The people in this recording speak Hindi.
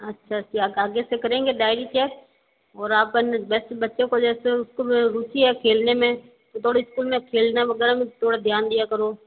अच्छा किया आगे से करेंगे डायरी चैक और अपन बेस्ट बच्चों को जैसे उसको भी रुचि है खेलने में तो थोड़ी स्कूल में खेलना वगैरह में थोड़ा ध्यान दिया करो